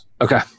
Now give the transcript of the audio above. Okay